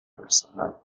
personal